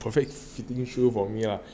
perfect fitting shoes for me lah